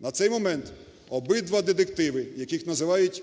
На цей момент обидва детективи, яких називають